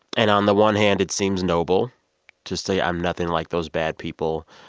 and on the one hand, it seems noble to say, i'm nothing like those bad people.